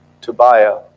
Tobiah